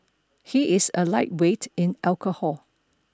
he is a lightweight in alcohol